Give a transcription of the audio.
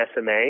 SMA